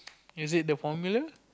is it the formula